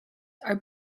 are